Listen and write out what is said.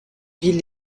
villes